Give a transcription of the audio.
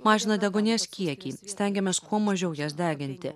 mažina deguonies kiekį stengėmės kuo mažiau jas deginti